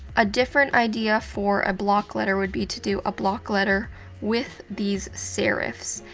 a different idea for a block letter would be to do a block letter with these serifs.